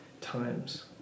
times